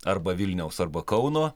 arba vilniaus arba kauno